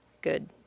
good